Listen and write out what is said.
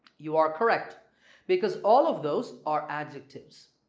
you are correct because all of those are adjectives